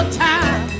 time